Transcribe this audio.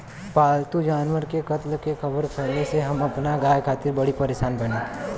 पाल्तु जानवर के कत्ल के ख़बर फैले से हम अपना गाय खातिर बड़ी परेशान बानी